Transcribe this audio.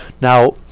Now